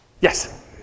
Yes